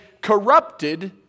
corrupted